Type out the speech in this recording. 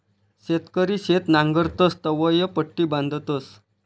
शेतकरी शेत नांगरतस तवंय पट्टी बांधतस